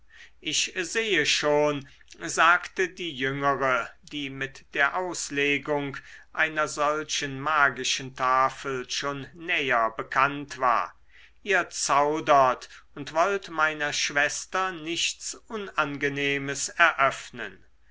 ich sehe schon sagte die jüngere die mit der auslegung einer solchen magischen tafel schon näher bekannt war ihr zaudert und wollt meiner schwester nichts unangenehmes eröffnen